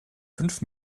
fünf